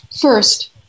First